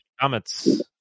comments